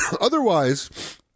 Otherwise